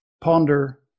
ponder